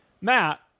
Matt